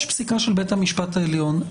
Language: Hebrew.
יש פסיקה של בית המשפט העליון.